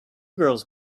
girls